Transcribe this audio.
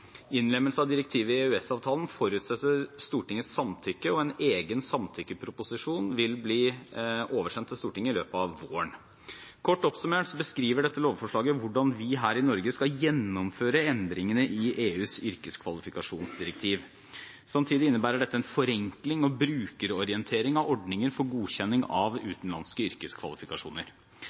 Innlemmelse av direktivet i EØS-avtalen forutsetter Stortingets samtykke, og en egen samtykkeproposisjon vil bli oversendt Stortinget i løpet av våren. Kort oppsummert beskriver dette lovforslaget hvordan vi her i Norge skal gjennomføre endringene i EUs yrkeskvalifikasjonsdirektiv. Samtidig innebærer dette en forenkling og brukerorientering av ordningen for godkjenning av utenlandske yrkeskvalifikasjoner.